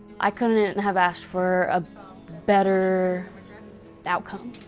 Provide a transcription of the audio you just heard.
i couldn't and and have asked for a better outcome.